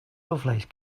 lovelace